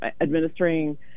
administering